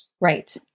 Right